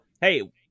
hey